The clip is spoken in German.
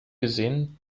gesehen